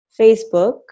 Facebook